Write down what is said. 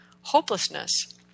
hopelessness